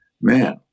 Man